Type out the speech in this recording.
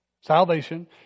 Salvation